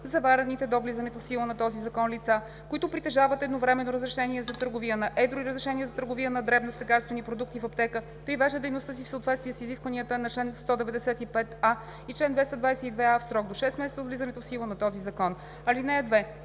Заварените до влизането в сила на този закон лица, които притежават едновременно разрешение за търговия на едро и разрешение за търговия на дребно с лекарствени продукти в аптека, привеждат дейността си в съответствие с изискванията на чл. 195а и чл. 222а в срок до 6 месеца от влизането в сила на този закон. (2)